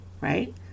right